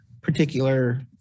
particular